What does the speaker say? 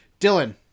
Dylan